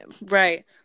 right